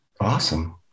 Awesome